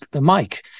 Mike